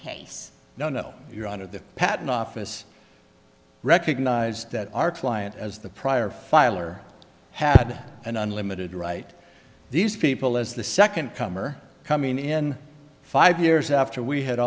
case no no your honor the patent office recognized that our client as the prior filer had an unlimited right these people as the second comer coming in five years after we had